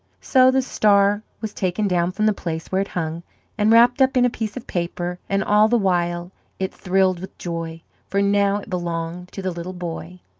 so the star was taken down from the place where it hung and wrapped up in a piece of paper, and all the while it thrilled with joy, for now it belonged to the little boy.